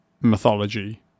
mythology